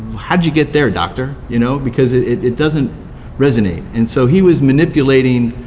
how'd you get there, doctor, you know, because it doesn't resonate. and so he was manipulating